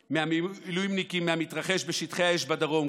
מהמילואימניקים על המתרחש בשטחי האש בדרום,